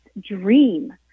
dream